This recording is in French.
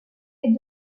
les